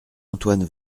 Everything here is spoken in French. antoine